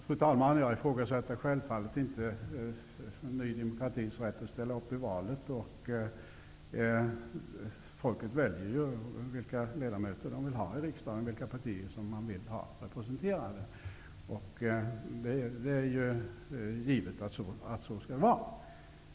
Fru talman! Jag ifrågasätter självfallet inte Ny demokratis rätt att ställa upp i valet. Folket väljer ju vilka ledamöter det vill ha i riksdagen och vilka partier det vill ha representerade. Det är givet att det så skall vara.